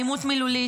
אלימות מילולית,